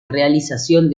realización